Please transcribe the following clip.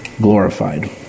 glorified